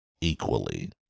equally